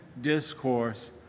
discourse